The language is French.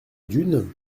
dunes